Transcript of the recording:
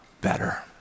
better